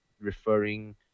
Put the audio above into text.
referring